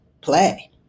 play